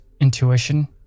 intuition